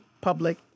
public